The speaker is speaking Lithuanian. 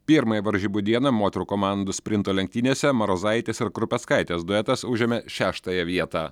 pirmąją varžybų dieną moterų komandų sprinto lenktynėse marozaitės ir krupeckaitės duetas užėmė šeštąją vietą